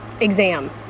exam